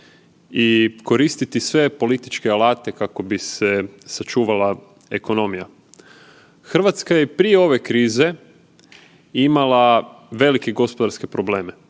i koristiti sve političke alate kako bi se sačuvala ekonomija. RH je i prije ove krize imala velike gospodarske probleme.